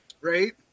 Right